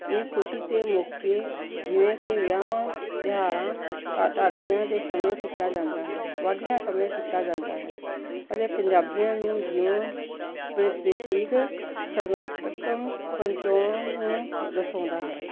ਇਹ ਖੁਸ਼ੀ ਦੋ ਮੌਕੀ ਜਿਵੇਂ ਕਿ ਵਿਆਹਵਾਂ ਤਿਉਹਾਰਾਂ ਢਾਡੀਆਂ ਦੇ ਸਮੇਂ ਕੀਤਾ ਜਾਂਦਾ ਹੈ ਵਾਡੀਆਂ ਸਮੇਂ ਕੀਤਾ ਜਾਂਦਾ ਹੈ ਅਤੇ ਪੰਜਾਬੀਆਂ ਨੂੰ ਜੀਉਣ ਪ੍ਰਤੀਕ ਸਰਨਾਪਕਮ ਪਰਚੋਣ ਨੂੰ ਦਰਸਾਉਂਦਾ ਹੈ